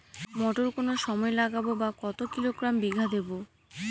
মটর কোন সময় লাগাবো বা কতো কিলোগ্রাম বিঘা দেবো?